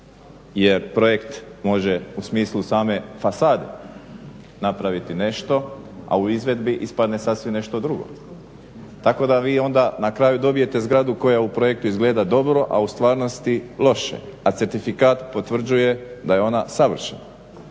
jer projekt može u smislu same fasade napraviti nešto, a u izvedbi ispadne sasvim nešto drugo. Tako da vi onda na kraju dobijete zgradu koja u projektu izgleda dobro, a u stvarnosti loše, a certifikat potvrđuje da je ona savršena.